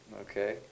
Okay